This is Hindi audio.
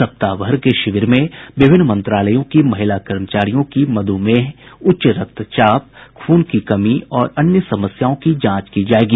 सप्ताहभर के शिविर में विभिन्न मंत्रालयों की महिला कर्मचारियों की मधुमेह उच्च रक्तचाप खून की कमी और अन्य समस्याओं की जांच की जायेगी